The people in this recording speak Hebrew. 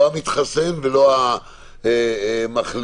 לא המתחסן ולא המחלים.